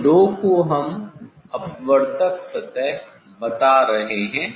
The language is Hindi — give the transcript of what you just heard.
इन दो को हम अपवर्तक सतह बता रहे हैं